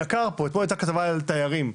אתמול אני ראיתי כתבה על תיירים,